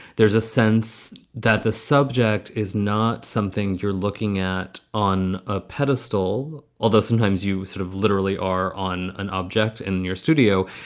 there's a sense that the subject is not something you're looking at on a pedestal, although sometimes you sort of literally are on an object in your studio,